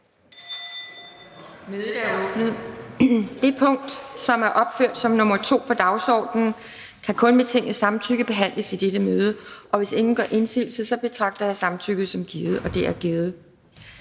Det punkt, som er opført som nr. 2 på dagsordenen, kan kun med Tingets samtykke behandles i dette møde. Hvis ingen gør indsigelse, betragter jeg samtykket som givet. Det er givet.